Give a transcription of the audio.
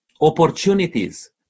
opportunities